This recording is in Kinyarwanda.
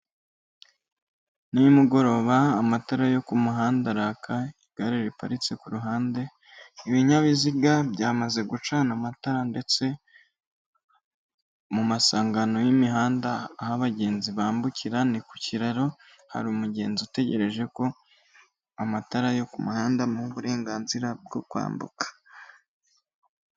Nimugoroba amatara yo ku muhanda araka, igare riparitse ku ruhande, ibinyabiziga byamaze gucana amatara ndetse, mu masangano y'imihanda aho abagenzi bambukira ni ku kiraro, hari umugenzi utegereje ko, amatara yo ku muhanda amuha uburenganzira bwo kwambuka.